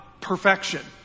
perfection